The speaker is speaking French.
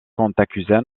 auguste